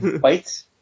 bites